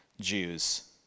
Jews